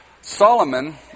Solomon